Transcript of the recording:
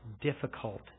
difficult